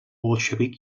bolxevic